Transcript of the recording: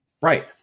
Right